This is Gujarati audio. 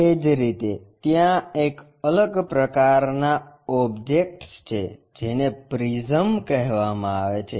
એ જ રીતે ત્યાં એક અલગ પ્રકારના ઓબ્જેક્ટ્સ છે જેને પ્રિઝમ કહેવામાં આવે છે